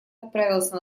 отправился